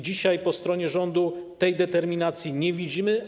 Dzisiaj po stronie rządu tej determinacji nie widzimy.